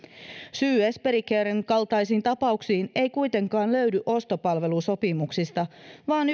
syy esperi caren kaltaisiin tapauksiin ei kuitenkaan löydy ostopalvelusopimuksista vaan